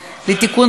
חבר הכנסת פריג',